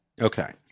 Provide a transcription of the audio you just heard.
Okay